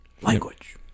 Language